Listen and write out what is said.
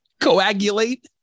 coagulate